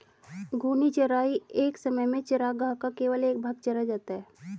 घूर्णी चराई एक समय में चरागाह का केवल एक भाग चरा जाता है